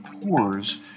pores